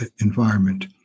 environment